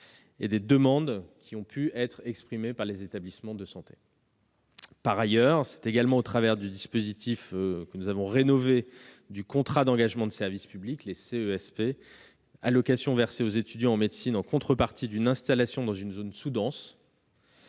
et des demandes exprimées par les établissements de santé. Par ailleurs, c'est également au travers du dispositif rénové du contrat d'engagement de service public (CESP), allocation versée aux étudiants en médecine en contrepartie d'une installation dans une zone sous-dense,